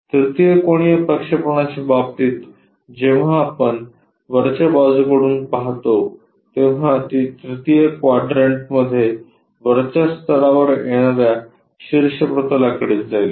तृतीय कोनीय प्रक्षेपणाच्या बाबतीत जेव्हा आपण वरच्या बाजूकडून पाहतो तेव्हा ती तृतीय क्वाड्रन्टमध्ये वरच्या स्तरावर येणार्या शीर्ष प्रतलाकडे जाईल